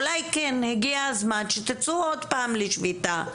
אולי כן, הגיע הזמן שתצאו עוד פעם לשביתה.